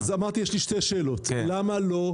אז אמרתי שיש לי שתי שאלות: למה לא,